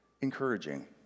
encouraging